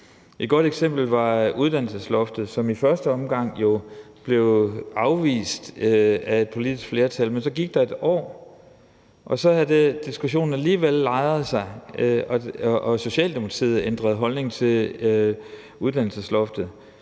Et godt eksempel er forslaget om uddannelsesloftet, som jo i første omgang blev afvist af et politisk flertal. Så gik der et år, og så havde diskussionen alligevel lejret sig, og Socialdemokratiet ændrede holdning til uddannelsesloftet.